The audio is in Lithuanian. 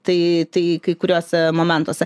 tai tai kai kuriuose momentuose